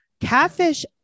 Catfish